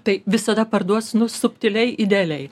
tai visada parduos nu subtiliai idealiai